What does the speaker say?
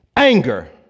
Anger